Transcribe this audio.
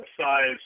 size